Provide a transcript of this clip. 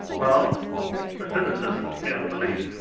well the cynicism is beyond belief,